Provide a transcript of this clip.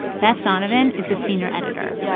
beth donovan is the senior editor.